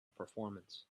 performance